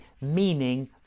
meaning